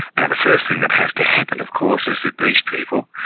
and the first thing that has to happen of course is that these people,